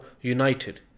united